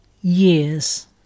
years